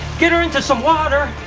get her into some water,